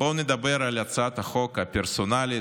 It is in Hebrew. בואו נדבר על הצעת החוק הפרסונלית